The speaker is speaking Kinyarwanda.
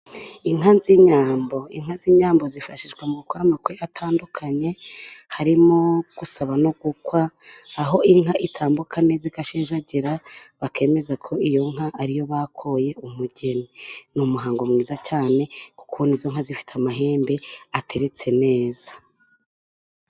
Inka z'inyambo Inka z'inyambo zifashishwa mu gukora amakwe atandukanye, harimo gusaba no gukwa, aho inka itambuka neza zigashejagira, bakemeza ko iyo nka ari yo bakoye umugeni. Ni umuhango mwiza cyane kuko izo nka zifite amahembe ateretse neza.